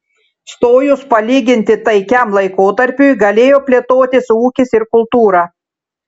stojus palyginti taikiam laikotarpiui galėjo plėtotis ūkis ir kultūra